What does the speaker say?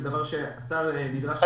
זה דבר שהשר נדרש להגיד,